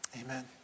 Amen